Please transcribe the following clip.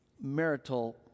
marital